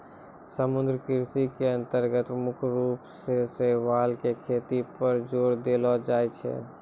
समुद्री कृषि के अन्तर्गत मुख्य रूप सॅ शैवाल के खेती पर जोर देलो जाय छै